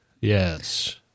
Yes